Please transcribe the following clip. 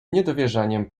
niedowierzaniem